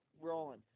rolling